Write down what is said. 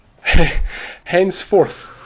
Henceforth